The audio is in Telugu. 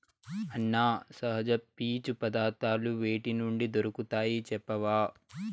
అన్నా, సహజ పీచు పదార్థాలు వేటి నుండి దొరుకుతాయి చెప్పవా